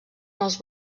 els